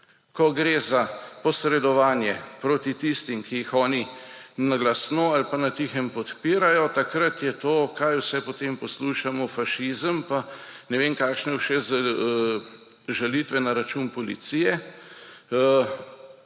ko gre za posredovanje proti tistim, ki jih oni glasno ali po tiho podpirajo, takrat je to, kaj vse potem poslušamo, fašizem, in ne vem kakšne še žalitve na račun policije,